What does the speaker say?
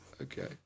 Okay